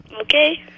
Okay